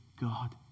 God